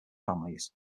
families